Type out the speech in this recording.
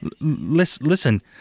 Listen